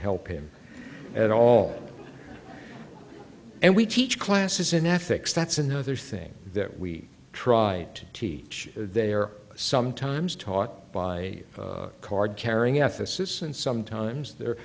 help him at all and we teach classes in ethics that's another thing that we try to teach they are sometimes taught by card carrying ethicists and sometimes they're